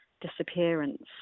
disappearance